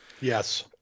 Yes